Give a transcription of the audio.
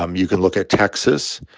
um you can look at texas.